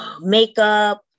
makeup